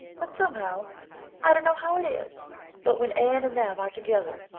but somehow i don't know how it is but when anne and them are together,